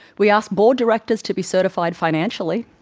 we ask board directors to be certified financially,